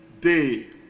day